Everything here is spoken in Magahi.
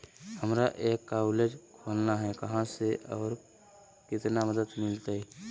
हमरा एक कॉलेज खोलना है, कहा से और कितना मदद मिलतैय?